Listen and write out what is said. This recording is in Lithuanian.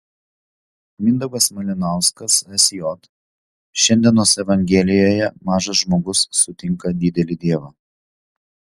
mindaugas malinauskas sj šiandienos evangelijoje mažas žmogus sutinka didelį dievą